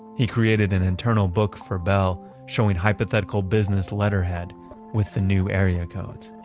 he created an internal book for bell showing hypothetical business letterhead with the new area codes.